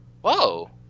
Whoa